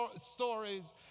stories